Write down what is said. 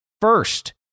first